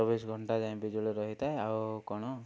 ଚବିଶି ଘଣ୍ଟା ଯାଏ ବିଜୁଳି ରହିଥାଏ ଆଉ କ'ଣ